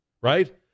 right